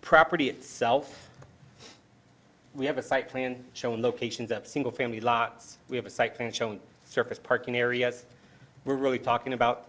property itself we have a site plan showing locations of single family lots we have a cycling shown surface parking areas we're really talking about